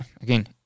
again